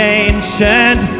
ancient